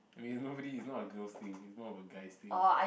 I mean nobody is not a girls thing is more of a guys thing